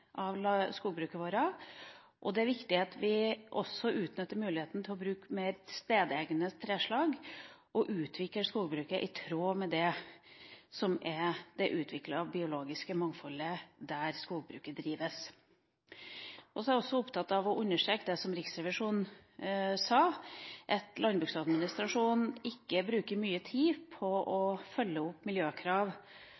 Det er viktig at vi også utnytter muligheten til å bruke mer stedegne treslag, og til å utvikle skogbruket i tråd med det biologiske mangfoldet som har utviklet seg der skogbruket drives. Jeg er også opptatt av å understreke det som Riksrevisjonen sa: at landbruksadministrasjonen ikke bruker mye tid på å